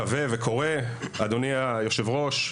אדוני היושב ראש,